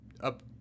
up